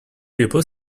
people